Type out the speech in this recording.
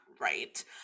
right